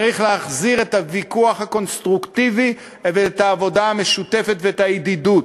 צריך להחזיר את הוויכוח הקונסטרוקטיבי ואת העבודה המשותפת ואת הידידות,